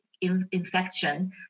infection